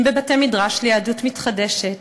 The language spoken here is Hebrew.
בבתי-מדרש ליהדות מתחדשת,